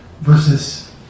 versus